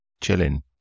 chilling